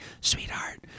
sweetheart